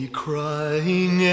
crying